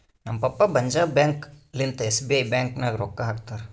ನಮ್ ಪಪ್ಪಾ ಪಂಜಾಬ್ ಬ್ಯಾಂಕ್ ಲಿಂತಾ ಎಸ್.ಬಿ.ಐ ಬ್ಯಾಂಕ್ ನಾಗ್ ರೊಕ್ಕಾ ಹಾಕ್ತಾರ್